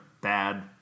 bad